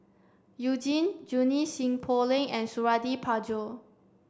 You Jin Junie Sng Poh Leng and Suradi Parjo